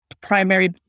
primary